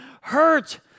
hurt